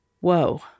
Whoa